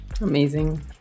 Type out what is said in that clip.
amazing